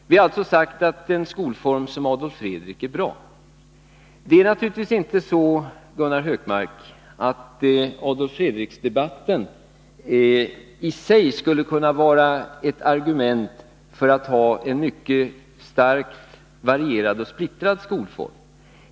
Vi har sagt att en sådan skolform som Adolf Fredrik är bra. Det är naturligtvis inte så, Gunnar Hökmark, att Adolf Fredrik-debatten i sig skulle kunna vara ett argument för att ha en mycket starkt varierad och splittrad skolform.